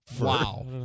Wow